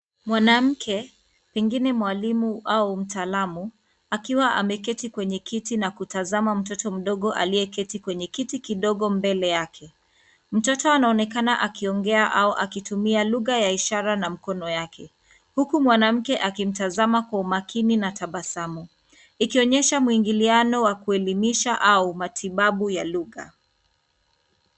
Mwanamke pengine mwalimu au mtaalamu, akiwa ameketi kwenye kiti na kutazama mtoto mdogo, aliyeketi kwenye kiti kidogo mbele yake. Mtoto anaonekana akiongea au akitumia lugha ya ishara na mkono yake. Huku mwanamke akimtazama kwa umakini na tabasamu. Ikionyesha mwingiliano wa kuelimisha au matibabu ya lugha.